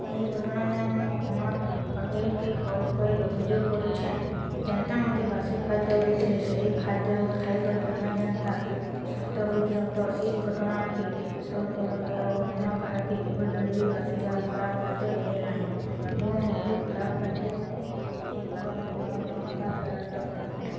ଏହି ଘଟଣା ଲାଗ ମୁଇଁ ତୁମର୍ ହୋଟେଲ୍କେ କଲ୍ କରି ଅଭିଯୋଗ କରୁଛେଁ ଯେନ୍ତା ମୋତେ ବାସି ଖାଦ୍ୟ ଦେଇଥିଲେ ସେହି ଖାଦ୍ୟରେ ଖାଇକରି ଆମେ ଯେନ୍ତା ଅସୁସ୍ଥ ହୋଇଥିଲୁ ତ ଏଇ ଘଟଣାକେ ସୋର୍ କରିବେ ଆଉ ଅନ୍ୟ କାହାକେ ଭୁଲ୍ରେ ବି ବାସି ବା ଖରାପ ଖାଦ୍ୟ ଦେବେ ନାହିଁ ଏବଂ ମତେ ଖରାପ ଖାଦ୍ୟ ଦେଇଥିବାରୁ ମୋର ଟଙ୍କା ଫେରସ୍ତ କରନ୍ତୁ